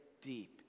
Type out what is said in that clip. deep